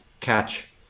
catch